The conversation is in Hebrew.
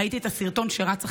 ראיתי את הסרטון שרץ עכשיו.